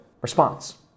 response